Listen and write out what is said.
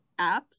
apps